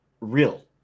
real